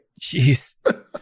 jeez